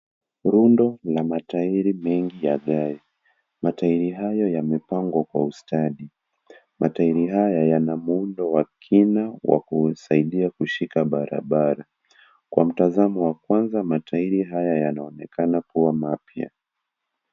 Rundo na matairi mengi ya gari, matairi hayo yamepangwa kwa ustadi, matairi haya yana muundo wa kina wa kusaidia kushika barabara, kwa mtazamo wa kwanza matairi haya yanaonekana kuwa mapya.